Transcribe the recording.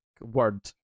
word